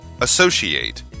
Associate